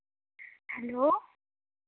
hello